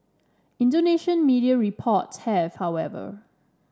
Indonesian media reports have however